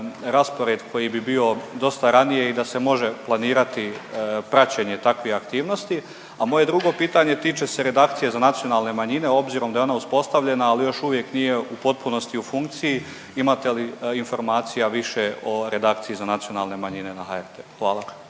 raspored koji bi bio dosta ranije i da se može planirati praćenje takvih aktivnosti, a moje drugo pitanje tiče se Redakcije za nacionalne manjine obzirom da je ona uspostavljena, ali još uvijek nije u potpunosti u funkciji, imate li informacija više o Redakciji za nacionalne manjine na HRT-u? Hvala.